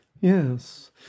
Yes